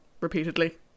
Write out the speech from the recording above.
repeatedly